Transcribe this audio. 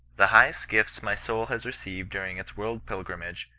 the highest gifts my soul has received during its world pilgrimage,